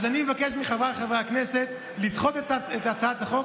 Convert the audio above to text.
אז אני מבקש מחבריי חברי הכנסת לדחות את הצעת החוק